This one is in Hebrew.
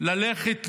ללכת ללמוד,